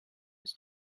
his